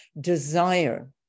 desire